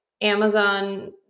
Amazon